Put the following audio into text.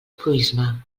proïsme